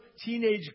teenage